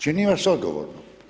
Činim vas odgovornom.